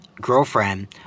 girlfriend